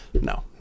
No